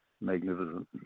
magnificent